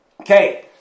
Okay